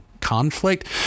conflict